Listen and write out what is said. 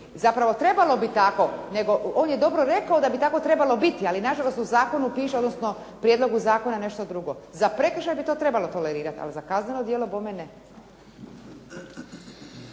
Zapravo trebalo bi tako, nego on je dobro rekao da bi tako trebalo biti, ali na žalost u zakonu piše, odnosno u prijedlogu zakona nešto drugo. Za prekršaj bi to trebalo tolerirati, ali za kazneno djelo bogme ne.